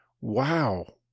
Wow